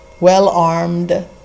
well-armed